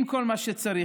עם כל מה שצריך.